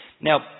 Now